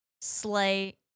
slay